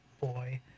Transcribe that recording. boy